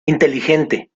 inteligente